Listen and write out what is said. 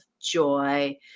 joy